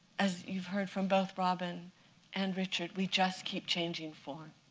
as you've heard from both robin and richard, we just keep changing form.